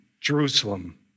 Jerusalem